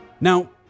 Now